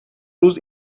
روز